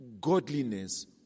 godliness